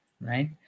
Right